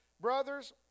brothers